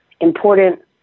important